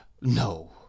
no